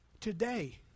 Today